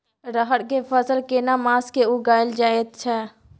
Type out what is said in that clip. रहर के फसल केना मास में उगायल जायत छै?